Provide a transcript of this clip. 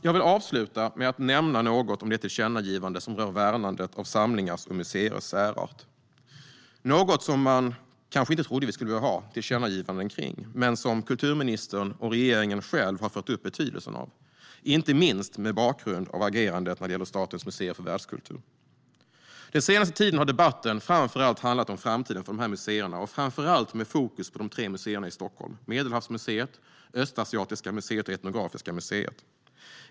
Jag vill avsluta med att nämna något om det tillkännagivande som rör värnandet av samlingars och museers särart - något som man kanske inte trodde att vi skulle behöva tillkännagivanden om men som kulturministern och regeringen själva fört upp betydelsen av, inte minst mot bakgrund av agerandet kring Statens museer för världskultur. Den senaste tiden har debatten handlat om framtiden för dessa museer med fokus framför allt på de tre museerna i Stockholm: Medelhavsmuseet, Östasiatiska museet och Etnografiska museet.